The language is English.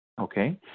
Okay